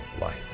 life